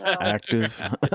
active